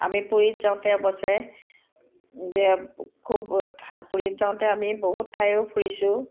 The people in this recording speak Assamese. আমি পুুৰীত যাওঁতে অৱশ্যে যে খুব পুৰীত যাওঁতে আমি বহুত ঠায়ো ফুৰিছোঁ